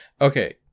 Okay